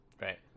right